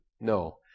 No